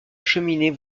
cheminée